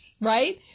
Right